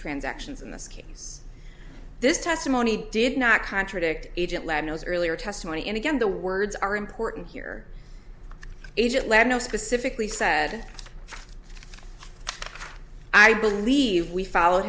transactions in this case this testimony did not contradict agent lemnos earlier testimony and again the words are important here agent led no suppose civically said i believe we followed